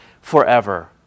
forever